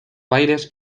bailes